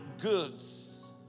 goods